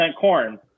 corn